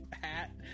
hat